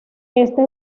este